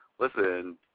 listen